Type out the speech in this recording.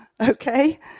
okay